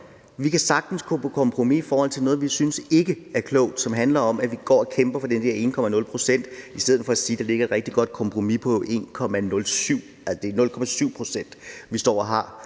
Vi kan sagtens gå på kompromis i forhold til noget, vi synes ikke er klogt, som handler om, at vi går og kæmper for den der ene procent i stedet for at sige, at der ligger et rigtig godt kompromis på 1,07 pct. – altså at